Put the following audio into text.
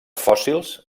fòssils